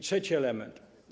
Trzeci element.